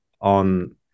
on